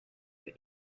für